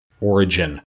origin